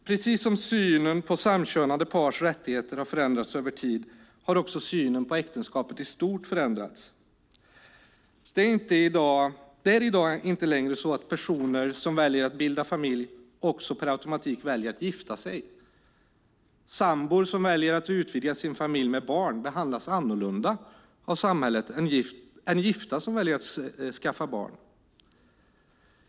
Precis som synen på samkönade pars rättigheter har förändrats över tid har också synen på äktenskapet i stort förändrats. Det är i dag inte längre så att personer som väljer att bilda familj också per automatik väljer att gifta sig. Sambor som väljer att utvidga sin familj med barn behandlas annorlunda av samhället än gifta som väljer att skaffa barn.